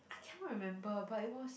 cannot remember but it was